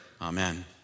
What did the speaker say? amen